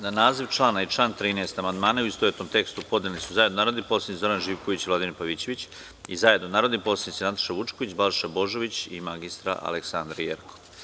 Na naziv člana i član 13. amandmane u istovetnom tekstu podneli su zajedno narodni poslanici Zoran Živković i Vladimir Pavićević i zajedno narodni poslanici: Nataša Vučković, Balša Božović i mr Aleksandra Jerkov.